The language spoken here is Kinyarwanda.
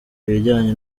ibijyanye